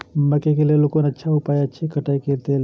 मकैय के लेल कोन अच्छा उपाय अछि कटाई के लेल?